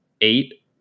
eight